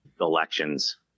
elections